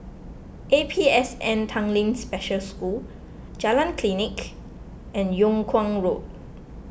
A P S N Tanglin Special School Jalan Klinik and Yung Kuang Road